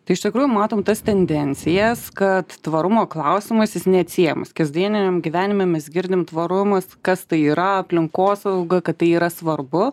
tai iš tikrųjų matom tas tendencijas kad tvarumo klausimais jis neatsiejamas kasdieniniam gyvenime mes girdim tvarumas kas tai yra aplinkosauga kad tai yra svarbu